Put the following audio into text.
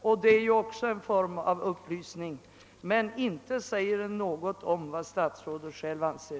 Det är naturligtvis också en form av upplysning — men inte säger det något om vad statsrådet själv anser.